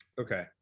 Okay